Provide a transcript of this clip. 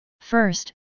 First